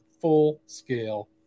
full-scale